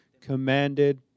commanded